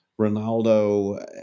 Ronaldo